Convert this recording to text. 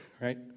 right